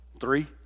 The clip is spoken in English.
Three